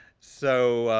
so,